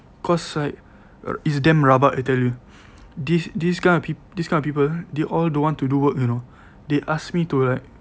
cause like err it's damn rabak I tell you this this kind of this kind of people they all don't want to do work you know they ask me to like